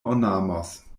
ornamos